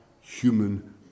human